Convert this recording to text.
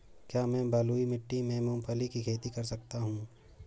क्या मैं बलुई मिट्टी में मूंगफली की खेती कर सकता हूँ?